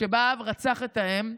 שבה האב רצח את האם,